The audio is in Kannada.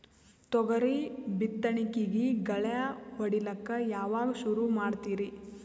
ತೊಗರಿ ಬಿತ್ತಣಿಕಿಗಿ ಗಳ್ಯಾ ಹೋಡಿಲಕ್ಕ ಯಾವಾಗ ಸುರು ಮಾಡತೀರಿ?